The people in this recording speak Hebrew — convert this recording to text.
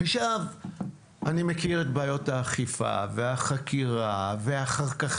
עכשיו, אני מכיר את בעיות האכיפה והחקירה ואחר כך